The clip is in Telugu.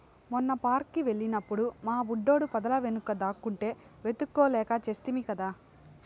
మొన్న పార్క్ కి వెళ్ళినప్పుడు మా బుడ్డోడు పొదల వెనుక దాక్కుంటే వెతుక్కోలేక చస్తిమి కదా